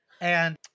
And-